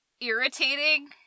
irritating